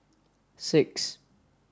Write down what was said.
six